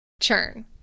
churn